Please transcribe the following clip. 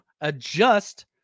adjust